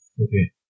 Okay